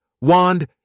wand